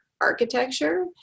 architecture